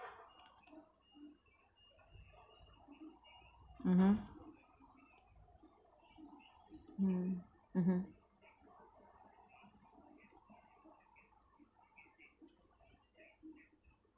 mmhmm hmm mmhmm